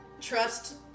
Trust